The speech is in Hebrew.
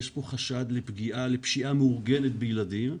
יש כאן חשד לפגיעה, לפשיעה מאורגנת בילדים,